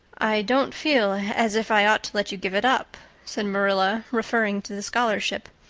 i don't feel as if i ought to let you give it up, said marilla, referring to the scholarship.